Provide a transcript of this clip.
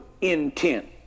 intent